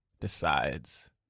decides